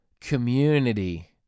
community